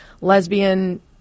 lesbian